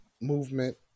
movement